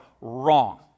wrong